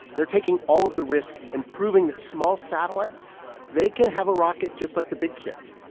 they're taking all of the risk and proving that small satellites they can have a rocket just like the big kids.